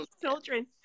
children